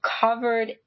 covered